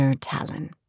Talon